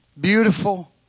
beautiful